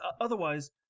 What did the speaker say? otherwise